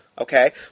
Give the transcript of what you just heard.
Okay